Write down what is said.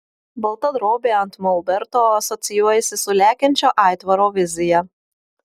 balta drobė ant molberto asocijuojasi su lekiančio aitvaro vizija